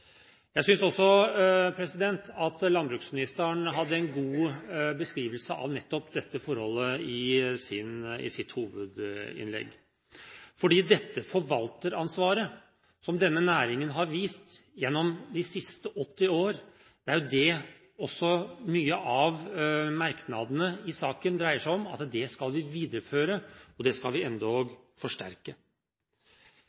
Jeg synes også at landbruksministeren hadde en god beskrivelse av nettopp dette forholdet i sitt hovedinnlegg. Det forvalteransvaret som denne næringen har vist gjennom de siste 80 år, er jo også mye av det merknadene i saken dreier seg om: Det skal vi videreføre, og det skal vi endog forsterke ved at vi fokuserer på tiltak for økt skogproduksjon og